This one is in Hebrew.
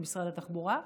עם משרד התחבורה.